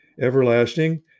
everlasting